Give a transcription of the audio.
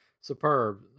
superb